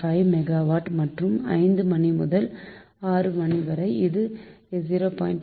5 megawatt மற்றும் 5 மணிமுதல் 6 வரை இது 0